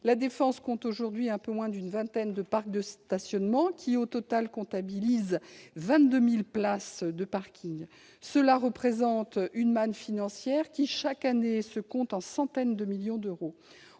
La Défense compte aujourd'hui un peu moins d'une vingtaine de parcs de stationnement pour quelque 22 000 places de parking au total. Cela représente une manne financière, qui, chaque année, se compte en centaines de millions d'euros.